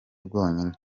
bwonyine